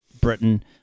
Britain